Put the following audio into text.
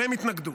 והם התנגדו.